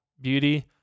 Beauty